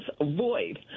avoid